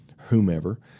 whomever